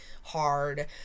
hard